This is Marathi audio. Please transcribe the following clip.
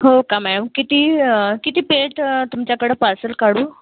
हो का मॅम किती किती प्लेट तुमच्याकडं पार्सल काढू